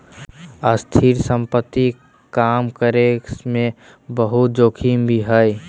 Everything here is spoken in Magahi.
स्थिर संपत्ति काम करे मे बहुते जोखिम भी हय